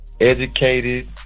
educated